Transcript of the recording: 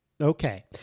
Okay